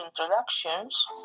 introductions